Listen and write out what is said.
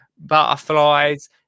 Butterflies